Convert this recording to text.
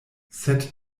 sed